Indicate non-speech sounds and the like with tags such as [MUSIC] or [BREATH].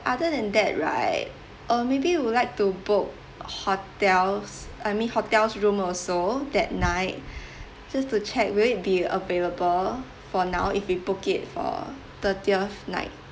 other than that right uh maybe we'll like to book hotels I mean hotels room so that night [BREATH] just to check will it be available for now if we book it for thirtieth night